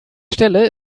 stelle